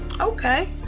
Okay